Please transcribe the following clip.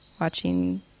watching